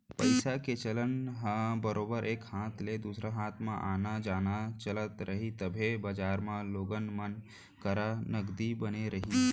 पइसा के चलन ह बरोबर एक हाथ ले दूसर हाथ म आना जाना चलत रही तभे बजार म लोगन मन करा नगदी बने रही